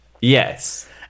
Yes